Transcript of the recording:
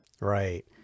Right